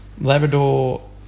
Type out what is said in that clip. Labrador